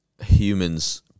humans